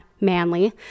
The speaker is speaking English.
manly